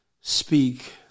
speak